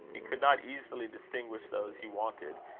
he could not easily distinguish those he wanted,